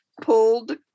pulled